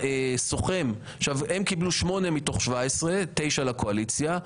הם קיבלו 8 מתוך 17, 9 לקואליציה.